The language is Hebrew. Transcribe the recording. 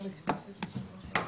(6)